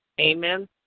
Amen